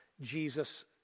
Jesus